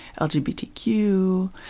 LGBTQ